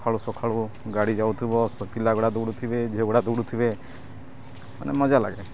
ସକାଳୁ ସକାଳୁ ଗାଡ଼ି ଯାଉଥିବ ପିଲା ଗୁଡ଼ା ଦୌଡ଼ୁଥିବେ ଝିଅ ଗୁଡ଼ା ଦୌଡ଼ୁଥିବେ ମାନେ ମଜା ଲାଗେ